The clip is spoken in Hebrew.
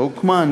לא הוקמה?